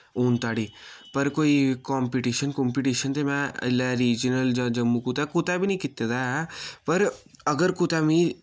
हुन धोड़ी पर कोई कम्पटीशन कुम्पीटीशन ते में इल्लै रिजनल जां जम्मू कुतै कुतै बी नि कीत्ते दा ऐ पर अगर कुतै मि